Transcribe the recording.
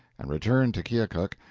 and returned to keokuk,